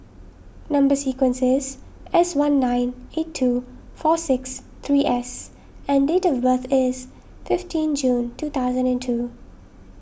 Number Sequence is S one nine eight two four six three S and date of birth is fifteen June two thousand and two